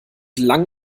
lang